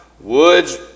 Woods